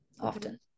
often